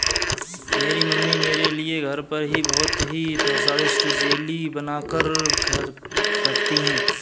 मेरी मम्मी मेरे लिए घर पर ही बहुत ही स्वादिष्ट जेली बनाकर रखती है